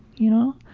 you know?